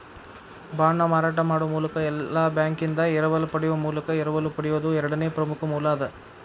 ಬಾಂಡ್ನ ಮಾರಾಟ ಮಾಡೊ ಮೂಲಕ ಇಲ್ಲಾ ಬ್ಯಾಂಕಿಂದಾ ಎರವಲ ಪಡೆಯೊ ಮೂಲಕ ಎರವಲು ಪಡೆಯೊದು ಎರಡನೇ ಪ್ರಮುಖ ಮೂಲ ಅದ